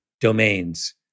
domains